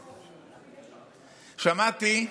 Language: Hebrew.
שמעתי,